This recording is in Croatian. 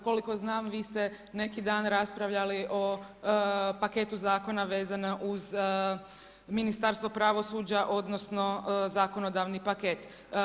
Ukoliko znam, vi ste neki dan raspravljali o paketu zakona vezano uz Ministarstvo pravosuđa, odnosno, zakonodavni paket.